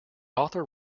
author